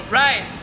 right